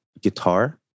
guitar